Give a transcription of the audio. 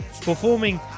performing